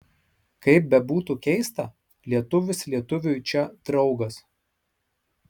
kaip bebūtų keista lietuvis lietuviui čia draugas